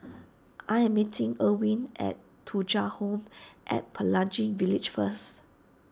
I am meeting Erwin at Thuja Home at Pelangi Village first